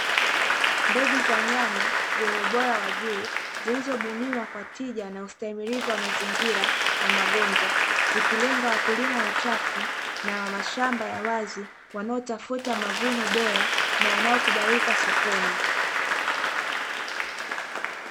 Mbegu za nyanya zenye ubora wa juu zilizobuniwa kwa tija na ustahimilivu wa mazingira na magonjwa, zikilenga wakulima wachafu na wa mashamba ya wazi, wanaotafuta mavuno bora na yanayokubalika sokoni.